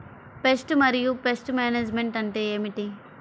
Pest మరియు pest management అంటే ఏమిటి?